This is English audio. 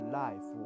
life